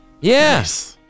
Yes